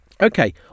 okay